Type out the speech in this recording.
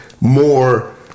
more